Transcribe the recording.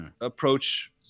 approach